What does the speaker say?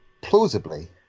plausibly